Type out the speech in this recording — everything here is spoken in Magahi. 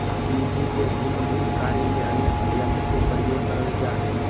कृषि के भिन्न भिन्न कार्य में अनेक यंत्र के प्रयोग करल जा हई